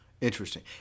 Interesting